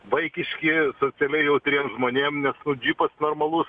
vaikiški socialiai jautriem žmonėm nes nu džipas normalus